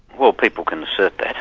well people can assert that,